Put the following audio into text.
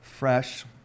fresh